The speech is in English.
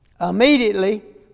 immediately